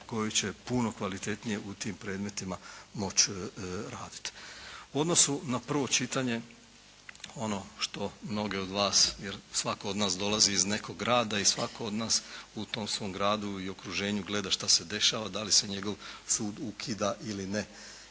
koji će puno kvalitetnije u tim predmetima moći raditi. U odnosu na prvo čitanje ono što mnoge od vas, jer svatko od nas dolazi iz nekog grada i svatko od nas u tom svom gradu i okruženju gleda šta se dešava, da li se njegov sud ukida ili ne.